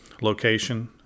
location